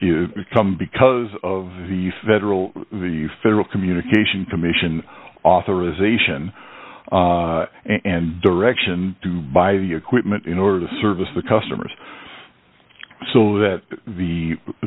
d become because of the federal the federal communication commission authorization and direction by the equipment in order to service the customers so that the the